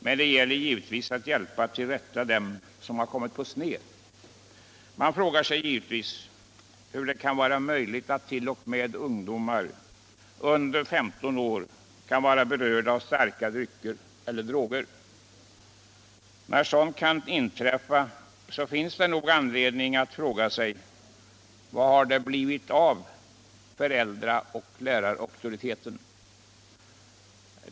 Men det gäller givetvis att hjälpa dem till rätta som kommit på sned. Man frågar sig hur det kan vara möjligt att t.o.m. ungdomar under 15 år kan vara berörda av starka drycker eller droger. När sådant kan inträffa finns det nog anledning fråga sig vad det har blivit av föräldraoch lärarauktoriteten.